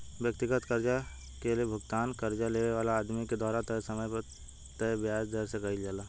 व्यक्तिगत कर्जा के भुगतान कर्जा लेवे वाला आदमी के द्वारा तय समय पर तय ब्याज दर से कईल जाला